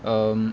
um